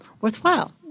worthwhile